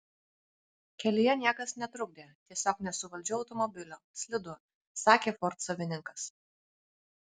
kelyje niekas netrukdė tiesiog nesuvaldžiau automobilio slidu sakė ford savininkas